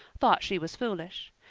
thought she was foolish.